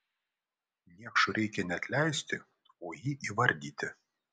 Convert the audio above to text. niekšui reikia ne atleisti o jį įvardyti